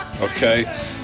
okay